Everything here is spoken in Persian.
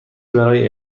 برای